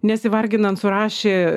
nesivarginant surašė